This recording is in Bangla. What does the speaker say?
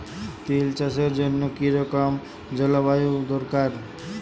তিল চাষের জন্য কি রকম জলবায়ু দরকার?